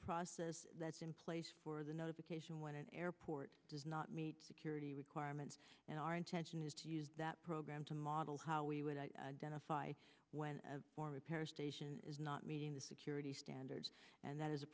process that's in place for the notification when an airport does not meet security requirements and our intention is to use that program to model how we would i don't know if i went or repair a station is not meeting the security standards and that is a